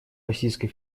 российской